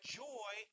joy